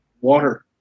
water